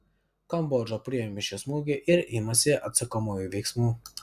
kambodža priėmė šį smūgį ir imasi atsakomųjų veiksmų